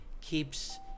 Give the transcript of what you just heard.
keeps